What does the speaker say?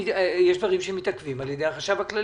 יש דברים שמתעכבים על ידי החשב הכללי,